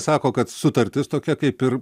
sako kad sutartis tokia kaip ir